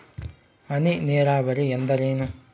ಹನಿ ನೇರಾವರಿ ಎಂದರೇನು?